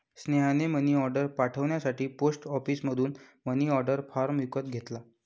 स्नेहाने मनीऑर्डर पाठवण्यासाठी पोस्ट ऑफिसमधून मनीऑर्डर फॉर्म विकत घेतला